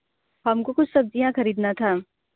हम को कुछ सब्ज़ियाँ खरीदना था